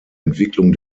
entwicklung